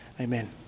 Amen